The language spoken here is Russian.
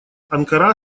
анкара